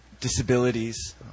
disabilities